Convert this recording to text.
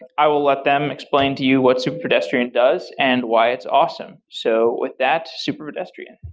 i will let them explain to you what superpedestrian does and why it's awesome. so with that, superpedestrian.